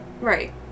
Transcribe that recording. Right